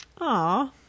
Aw